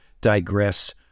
digress